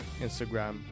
instagram